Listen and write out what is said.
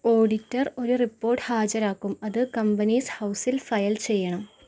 auditor ഒരു report ഹാജരാക്കും അത് കമ്പനീസ് ഹൗസിൽ ഫയൽ ചെയ്യണം